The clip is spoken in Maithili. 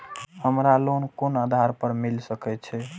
हमरा लोन कोन आधार पर मिल सके छे?